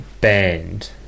band